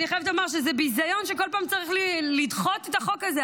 אני חייבת לומר שזה ביזיון שכל פעם צריך לדחות את החוק הזה.